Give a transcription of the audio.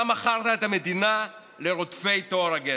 אתה מכרת את המדינה לרודפי טוהר הגזע.